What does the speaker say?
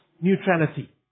neutrality